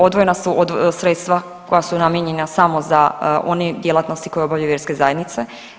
Odvojena su od sredstva koja su namijenjena samo za one djelatnosti koje obavljaju vjerske zajednice.